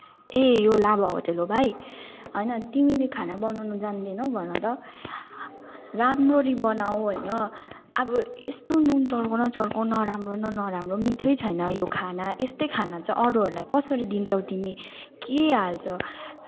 ए यो लाभा होटल हो भाइ होइन तिमीले खाना बनाउन जान्दैनौ भन त राम्ररी बनाऊ होइन अब यस्तो नुन चर्को न चर्को नराम्रो न नराम्रो मिठै छैन यो खाना यस्तै खाना चाहिँ अरूहरूलाई कसरी दिन्छौ तिमी के हाल्छ